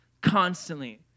constantly